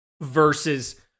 versus